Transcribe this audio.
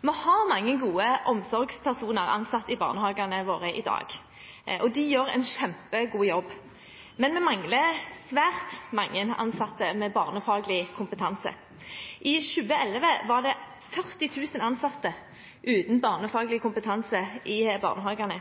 Vi har mange gode omsorgspersoner ansatt i barnehagene våre i dag, og de gjør en kjempegod jobb. Men vi mangler svært mange ansatte med barnefaglig kompetanse. I 2011 var det 40 000 ansatte uten barnefaglig kompetanse i barnehagene,